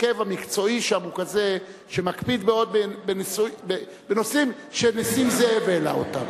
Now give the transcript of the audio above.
ההרכב המקצועי שם הוא כזה שמקפיד מאוד בנושאים שנסים זאב העלה אותם.